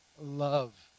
love